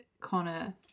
Connor